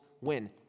win